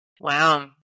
Wow